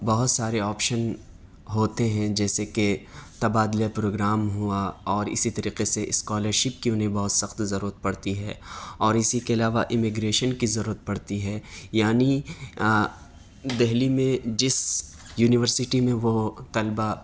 بہت سارے آپشن ہوتے ہیں جیسے کہ تبادلۂ پروگرام ہوا اور اسی طریقے سے اسکالرشپ کی انہیں بہت سخت ضرورت پڑی ہے اور اسی کے علاوہ امیگریشن کی ضرورت پڑتی ہے یعنی دہلی میں جس یونیورسٹی میں وہ طلباء